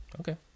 Okay